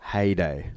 Heyday